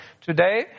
today